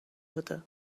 بوده